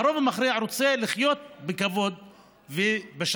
והרוב המכריע רוצה לחיות בכבוד ובשלווה.